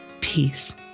peace